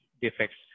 defects